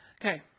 Okay